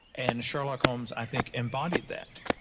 and sherlock holmes, i think, embodied that.